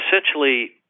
essentially –